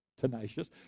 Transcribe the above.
tenacious